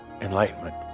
enlightenment